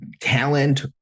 talent